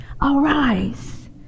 Arise